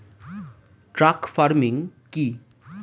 Truck farming কি?